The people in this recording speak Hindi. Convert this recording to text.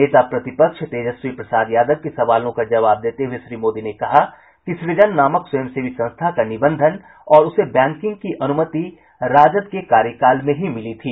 नेता प्रतिपक्ष तेजस्वी प्रसाद यादव के सवालों का जवाब देते हुये श्री मोदी ने कहा कि सृजन नामक स्वयंसेवी संस्था का निबंधन और उसे बैंकिंग की अनुमति राजद के कार्यकाल में ही मिली थी